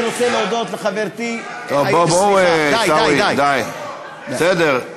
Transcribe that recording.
עיסאווי, די, בסדר.